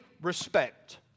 respect